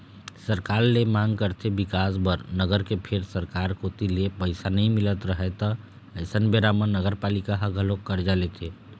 सरकार ले मांग करथे बिकास बर नगर के फेर सरकार कोती ले पइसा नइ मिलत रहय त अइसन बेरा म नगरपालिका ह घलोक करजा लेथे